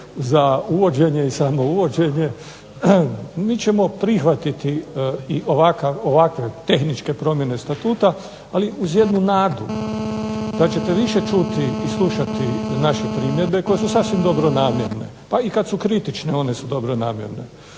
za uvođenje i samouvođenje, mi ćemo prihvatiti i ovakve tehničke promjene Statuta ali uz jednu nadu da ćete više čuti i slušati naše primjedbe, one su dobronamjerne, pa i kada su kritične one su dobronamjerne.